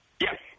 Yes